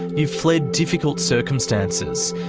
you've fled difficult circumstances.